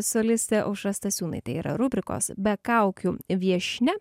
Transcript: solistė aušra stasiūnaitė yra rubrikos be kaukių viešnia